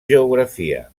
geografia